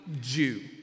Jew